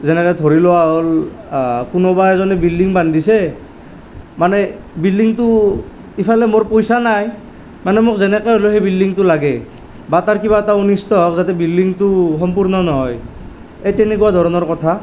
যেনেকে ধৰি লোৱা হ'ল কোনোবা এজনে বিল্ডিং বান্ধিছে মানে বিল্ডিংটো ইফালে মোৰ পইচা নাই মানে মোক যেনেকৈ হ'লেও সেই বিল্ডিংটো লাগে বা তাৰ কিবা এটা অনিষ্ট হওক যাতে বিল্ডিংটো সম্পূৰ্ণ নহয় সেই তেনেকুৱা ধৰণৰ কথা